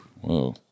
Whoa